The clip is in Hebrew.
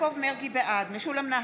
בעד משולם נהרי,